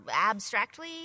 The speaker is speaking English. abstractly